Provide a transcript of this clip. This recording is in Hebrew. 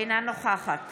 אינה נוכחת